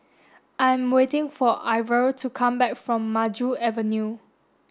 I'm waiting for Ivor to come back from Maju Avenue